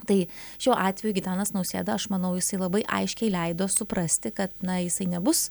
tai šiuo atveju gitanas nausėda aš manau jisai labai aiškiai leido suprasti kad na jisai nebus